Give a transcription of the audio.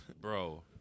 bro